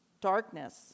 darkness